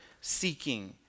seeking